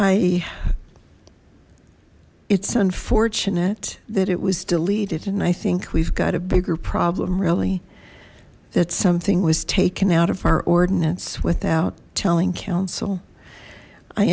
i it's unfortunate that it was deleted and i think we've got a bigger problem really that something was taken out of our ordinance without telling council i